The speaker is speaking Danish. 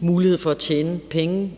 mulighed for at tjene penge